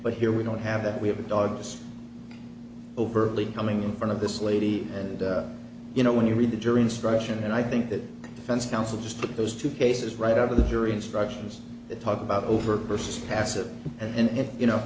but here we don't have that we have a dog just overtly coming in front of this lady and you know when you read the jury instruction and i think that defense counsel just put those two cases right over the jury instructions that talk about over versus passive and if you know